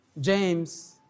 James